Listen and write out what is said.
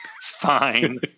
Fine